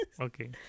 Okay